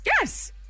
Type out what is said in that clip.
yes